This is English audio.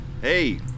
Hey